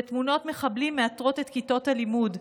ותמונות מחבלים מעטרות את כיתות הלימוד.